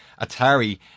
Atari